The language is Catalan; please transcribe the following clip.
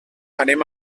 anem